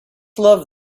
love